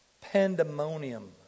Pandemonium